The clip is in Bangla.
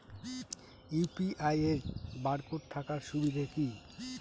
ইউ.পি.আই এর বারকোড থাকার সুবিধে কি?